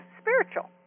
spiritual